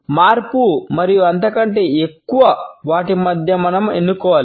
మార్పు మరియు అంతకంటే ఎక్కువ వాటి మధ్య మనం ఎన్నుకోవాలి